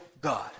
God